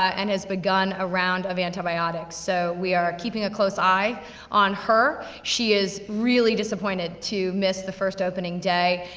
and has begun a round of antibiotics. so, we are keeping a close eye on her. she is really disappointed to miss the first opening day.